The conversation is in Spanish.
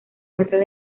muestran